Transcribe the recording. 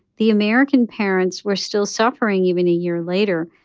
the american parents were still suffering even a year later,